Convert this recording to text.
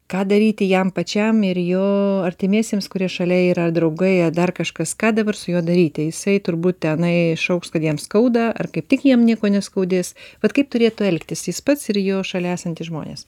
ką daryti jam pačiam ir jo artimiesiems kurie šalia yra draugai ar dar kažkas ką dabar su juo daryti jisai turbūt tenai šauks kad jam skauda ar kaip tik jam nieko neskaudės vat kaip turėtų elgtis jis pats ir jo šalia esantys žmonės